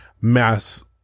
mass